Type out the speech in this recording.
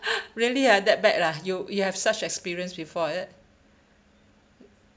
really ah that bad ah you you have such experience before is it